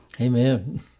Amen